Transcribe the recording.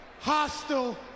hostile